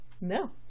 No